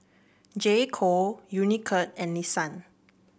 J Co Unicurd and Nissan